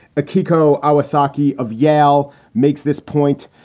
kiko ah iwazaki of yale makes this point.